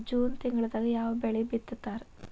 June ತಿಂಗಳದಾಗ ಯಾವ ಬೆಳಿ ಬಿತ್ತತಾರ?